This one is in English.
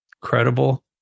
credible